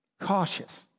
cautious